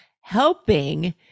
helping